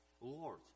Lord